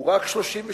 הוא רק 36%,